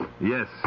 Yes